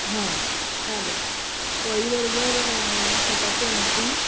हां चालेल पोळीबरोबर कटाची आमटी